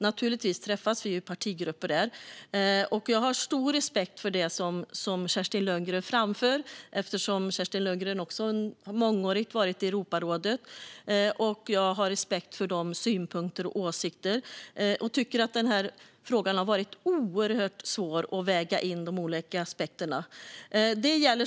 Naturligtvis träffas vi i partigrupper där. Jag har stor respekt för det som Kerstin Lundgren framför, eftersom hon också har varit i Europarådet i många år. Jag har respekt för hennes synpunkter och åsikter och tycker att det i denna fråga har varit oerhört svårt att väga in de olika aspekterna.